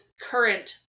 current